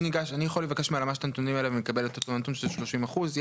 אני יכול לבקש מלמ"ס את הנתונים האלה ולקבל את אותו נתון של 30 אחוז?